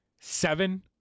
seven